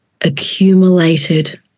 accumulated